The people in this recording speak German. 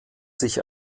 sich